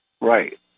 Right